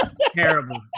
Terrible